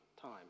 time